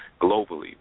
globally